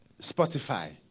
Spotify